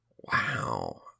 wow